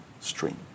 stream